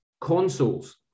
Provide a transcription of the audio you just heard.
consoles